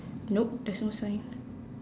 nope there's no sign